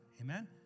Amen